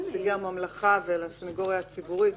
כאן ידיעה סודית,